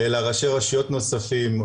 אלא ראשי רשויות נוספים,